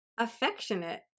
affectionate